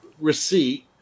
receipt